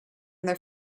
their